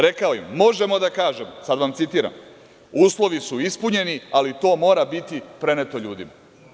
Rekao im je – možemo da kažemo, sada vam citiram – uslovi su ispunjeni, ali to mora biti preneto ljudima.